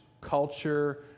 culture